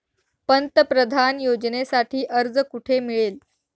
पंतप्रधान योजनेसाठी अर्ज कुठे मिळेल?